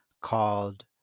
called